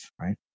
right